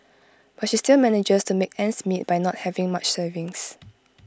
but she still manages to make ends meet by not having much savings